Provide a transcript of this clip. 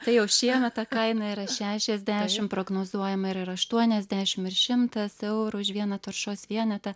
tai jau šiemet ta kaina yra šešiasdešimt prognozuojama ir aštuoniasdešimt šimtas eurų už vieną taršos vienetą